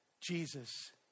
Jesus